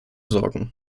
sorgen